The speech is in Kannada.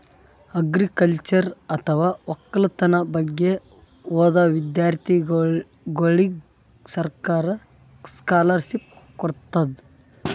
ಅಗ್ರಿಕಲ್ಚರ್ ಅಥವಾ ವಕ್ಕಲತನ್ ಬಗ್ಗೆ ಓದಾ ವಿಧ್ಯರ್ಥಿಗೋಳಿಗ್ ಸರ್ಕಾರ್ ಸ್ಕಾಲರ್ಷಿಪ್ ಕೊಡ್ತದ್